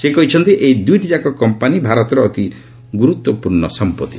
ସେ କହିଛନ୍ତି ଏହି ଦୂଇଟିଯାକ କମ୍ପାନୀ ଭାରତର ଅତି ଗୁରୁତ୍ୱପୂର୍ଣ୍ଣ ସମ୍ପତ୍ତି